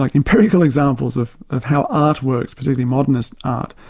like empirical examples of of how art works, but really modernist art,